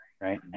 right